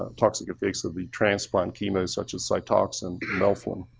toxic effects of the transplant, chemo such as cytoxin, melflin.